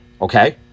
Okay